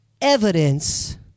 evidence